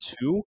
two